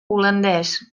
holandès